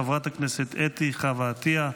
חברת הכנסת חוה אתי עטייה,